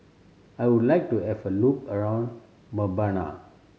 I would like to have a look around Mbabana